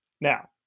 Now